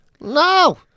No